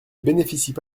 bénéficient